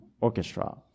orchestra